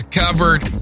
covered